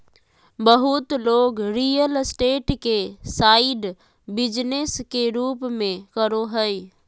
बहुत लोग real state के साइड बिजनेस के रूप में करो हइ